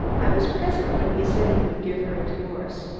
i was present when he said he would give her a divorce.